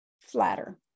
flatter